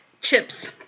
chips